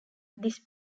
this